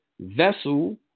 vessel